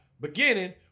beginning